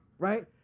right